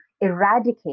eradicate